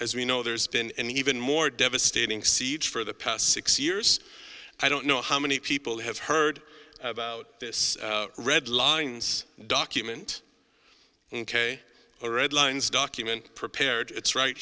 as we know there's been an even more devastating siege for the past six years i don't know how many people have heard about this red lines document ok redlines document prepared it's right